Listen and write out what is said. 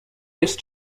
jest